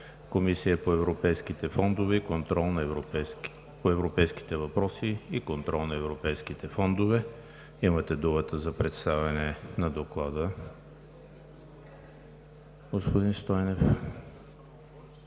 Комисията по европейските въпроси и контрол на европейските фондове. Имате думата за представяне на Доклада, господин Стойнев.